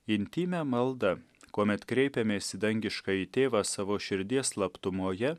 intymią maldą kuomet kreipiamės į dangiškąjį tėvą savo širdies slaptumoje